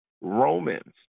Romans